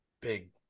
big